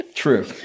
True